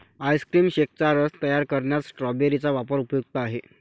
ice cream शेकचा रस तयार करण्यात स्ट्रॉबेरी चा वापर उपयुक्त आहे